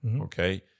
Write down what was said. okay